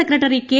secretary K